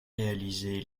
réalisé